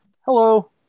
hello